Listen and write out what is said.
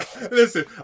Listen